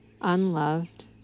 unloved